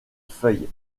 feuilles